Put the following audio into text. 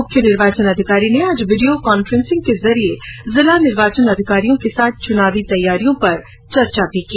मुख्य निर्वाचन अधिकारी ने आज वीडियो कॉन्फ्रेसिंग के जरिये जिला निर्वाचन अधिकारियों के साथ चुनावी तैयारियों पर चर्चा की